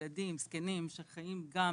ילדים, זקנים שחיים גם